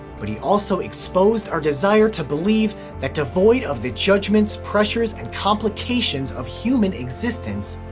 but he also exposed our desire to believe that devoid of the judgments, pressures and complications of human existence,